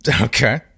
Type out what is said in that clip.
Okay